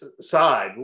side